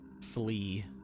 flee